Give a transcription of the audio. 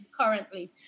currently